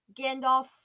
Gandalf